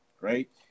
right